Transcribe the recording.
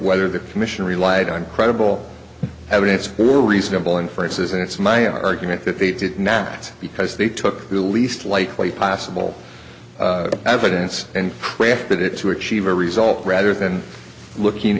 whether the commission relied on credible evidence or reasonable inferences and it's my argument that they did not act because they took the least likely possible evidence and crafted it to achieve a result rather than looking